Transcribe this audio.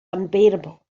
unbearable